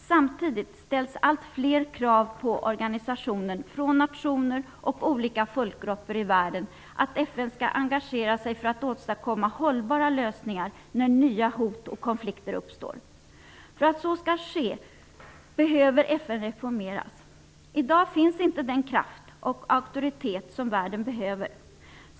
Samtidigt ställs allt fler krav på organisationen från nationer och olika folkgrupper i världen, att FN skall engagera sig för att åtstadkomma hållbara lösningar när nya hot och konflikter uppstår. För att så skall ske behöver FN reformeras. I dag finns inte den kraft och auktoritet som världen behöver.